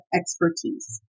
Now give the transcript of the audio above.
expertise